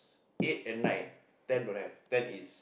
eight and nine ten don't have ten is